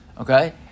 Okay